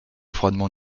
froidement